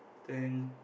then